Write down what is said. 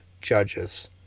judges